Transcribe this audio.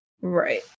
Right